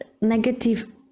negative